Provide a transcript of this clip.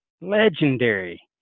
legendary